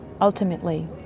ultimately